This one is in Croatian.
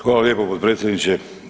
Hvala lijepo, potpredsjedniče.